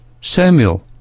Samuel